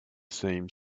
same